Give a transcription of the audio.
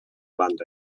land